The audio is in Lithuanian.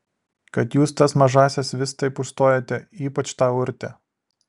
kad jūs tas mažąsias vis taip užstojate ypač tą urtę